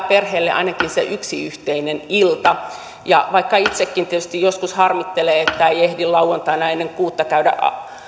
perheelle ainakin se yksi yhteinen ilta ja vaikka itsekin tietysti joskus harmittelee että ei ehdi lauantaina ennen kuutta käydä